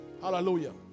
hallelujah